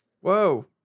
Whoa